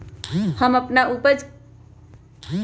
हम अपना प्याज के ऊपज के खराब होबे पहले कितना दिन तक रख सकीं ले?